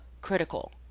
critical